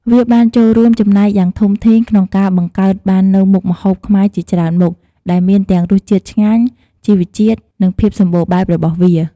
វាបានចូលរួមចំណែកយ៉ាងធំធេងក្នុងការបង្កើតបាននូវមុខម្ហូបខ្មែរជាច្រើនមុខ ដែលមានទាំងរសជាតិឆ្ងាញ់ ជីវជាតិ និងភាពសម្បូរបែបរបស់វា។